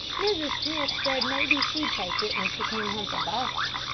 mrs. smith said maybe she'd take it when she came home from boston,